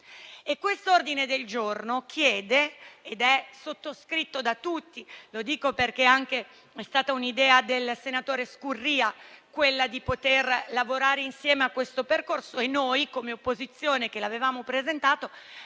un ordine del giorno sottoscritto da tutti: lo dico perché è stata un'idea del senatore Scurria quella di poter lavorare insieme a questo percorso e noi come opposizione, che l'avevamo presentato,